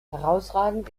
herausragend